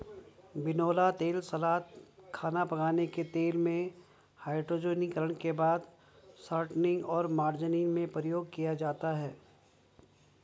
बिनौला तेल सलाद, खाना पकाने के तेल में, हाइड्रोजनीकरण के बाद शॉर्टनिंग और मार्जरीन में प्रयोग किया जाता है